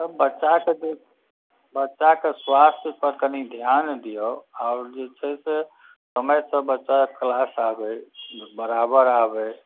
आब बच्चाके तऽ बच्चाके स्वास्थ्यपर कनि ध्यान दियौ आओर जे छै से समयसँ बच्चा क्लास आबै बराबर आबै